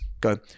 go